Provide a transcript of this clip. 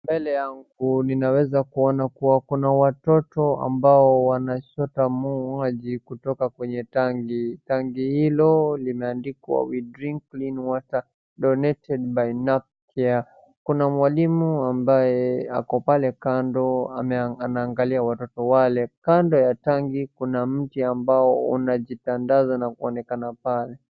Mbele yangu ninaweza kuona kuwa kuna watoto ambao wanachota maji kutoka kwenye tangi. Tangi hilo limeandikwa we drink clean water, donated by Hapcare . Kuna mwalimu ambaye ako pale kando anaangalia watoto wale, kando ya tangi kuna mti ambao unajitandaza na kuonekana pale.